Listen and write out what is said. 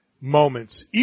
moments